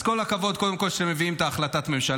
אז כל הכבוד, קודם כול, שמביאים את החלטת הממשלה.